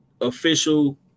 official